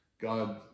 God